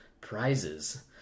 prizes